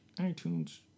iTunes